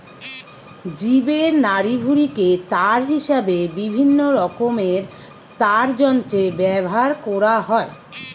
জীবের নাড়িভুঁড়িকে তার হিসাবে বিভিন্নরকমের তারযন্ত্রে ব্যাভার কোরা হয়